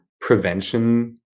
prevention